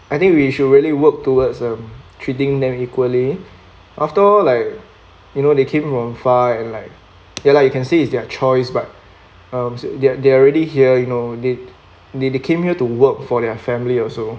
I think we should really work towards um treating them equally after all like you know they came from far and like ya lah you can say it's their choice but um they're they're already here you know they they they came here to work for their family also